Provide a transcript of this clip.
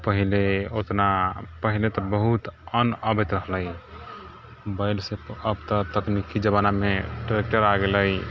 पहिले ओतना पहिले तऽ बहुत अन्न अबैत रहलै बैलसँ अब तऽ तकनीकी जमानामे ट्रेक्टर आ गेलै